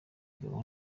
nshuro